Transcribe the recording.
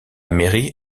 mairie